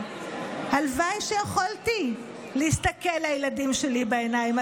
הלוואי שיכולתי להסתכל לילדים שלי בעיניים.